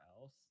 else